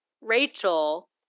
Rachel